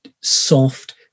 soft